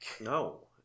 No